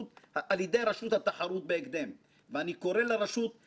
בתור מי שעבר את כור המצרף של השנה האחרונה,